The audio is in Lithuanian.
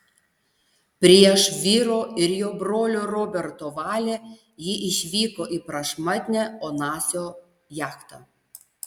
prieš vyro ir jo brolio roberto valią ji išvyko į prašmatnią onasio jachtą